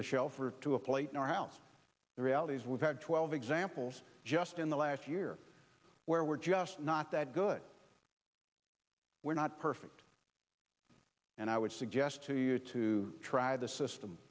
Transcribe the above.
the shelf or to a plate in our house the reality is we've had twelve examples just in the last year where we're just not that good we're not perfect and i would suggest to you to try the system